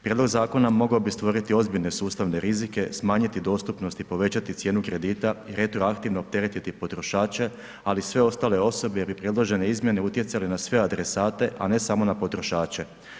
Prijedlog zakona mogao bi stvoriti ozbiljne sustavne rizike, smanjiti dostupnost i povećati cijenu kredita i retroaktivno opteretiti potrošače, ali i sve ostale osobe jer bi predložene izmjene utjecale na sve adresate, a ne samo na potrošače.